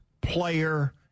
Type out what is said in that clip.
player